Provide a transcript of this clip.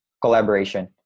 collaboration